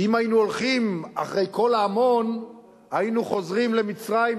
כי אם היינו הולכים אחרי קול ההמון היינו חוזרים למצרים,